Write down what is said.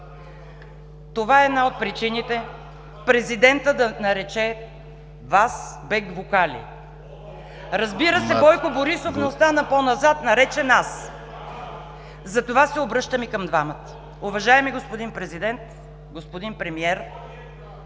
Това е една от причините президентът да нарече Вас „бек вокали“. Разбира се, Бойко Борисов не остана по-назад, наречен „ас“. Затова се обръщам и към двамата: уважаеми господин Президент, господин Премиер,